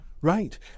Right